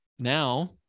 now